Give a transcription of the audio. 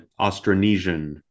Austronesian